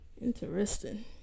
Interesting